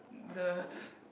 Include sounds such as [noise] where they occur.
the [breath]